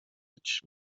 być